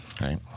Right